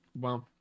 Wow